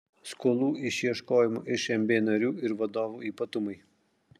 skolų išieškojimo iš mb narių ir vadovų ypatumai